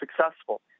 successful